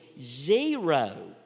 zero